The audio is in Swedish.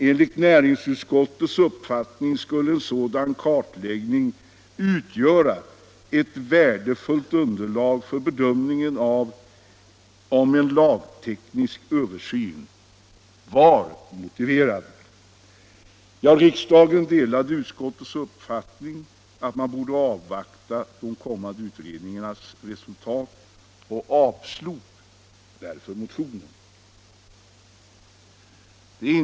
Enligt näringsutskottets uppfattning skulle en sådan kartläggning utgöra ett värdefullt underlag för bedömningen av huruvida en lagteknisk översyn var motiverad. Riksdagen delade utskottets uppfattning att man borde avvakta de kommande utredningarnas resultat och avslog därför motionen.